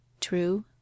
true